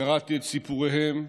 קראתי את סיפוריהם,